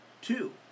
two